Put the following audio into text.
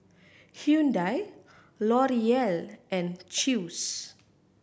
Hyundai L'Oreal and Chew's